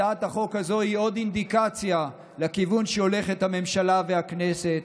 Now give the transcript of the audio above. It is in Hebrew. הצעת החוק הזו היא עוד אינדיקציה לכיוון שהולכת הממשלה והכנסת.